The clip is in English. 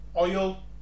oil